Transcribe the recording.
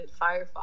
firefox